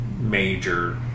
major